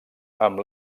amb